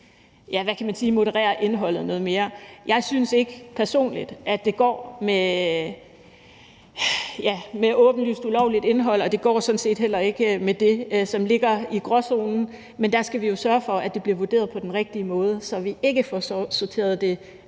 ja, hvad kan man sige – moderere indholdet noget mere. Jeg synes ikke personligt, at det går med åbenlyst ulovligt indhold, og det går sådan set heller ikke med det, som ligger i gråzonen; men der skal vi jo sørge for, at det bliver vurderet på den rigtige måde, så vi ikke får sorteret det